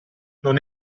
non